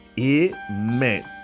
amen